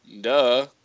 Duh